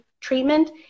treatment